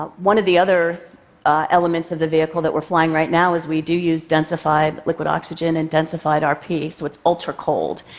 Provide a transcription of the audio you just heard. ah one of the other elements of the vehicle that we're flying right now is we do use densified liquid oxygen and densified rp, so it's ultracold,